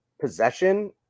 possession